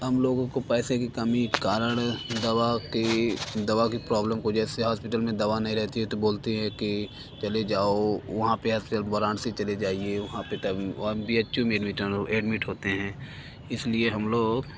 हम लोगों को पैसे कि कमी के कारण दवा के दवा के प्रौब्लेम हो जैसे हौस्पिटल में दवा नहीं रहती है तो बोलते हैं कि चले जाओ वहाँ पर एफ सि एल वाराणासी चले जाइए वहाँ पर तब वो आप बी एच यू में एडमिचन लो एडमिट होते हैं इस लिए हम लोग